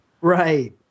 Right